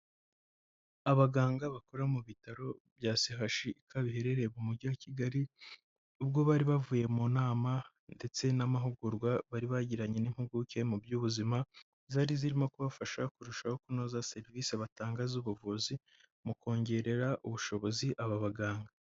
Abaganga bakora mu bitaro bya CHUK biherereye mu mujyi wa Kigali, ubwo bari bavuye mu nama ndetse n'amahugurwa bari bagiranye n'impuguke mu by'ubuzima, zari zirimo kubafasha kurushaho kunoza serivise batanga z'ubuvuzi mu kongerera ubushobozi aba baganga.